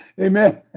Amen